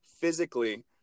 physically